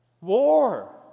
War